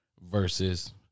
versus